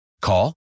Call